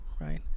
right